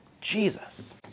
Jesus